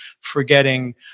forgetting